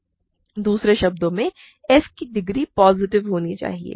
दूसरे शब्दों में f की डिग्री पॉजिटिव होनी चाहिए